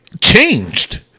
changed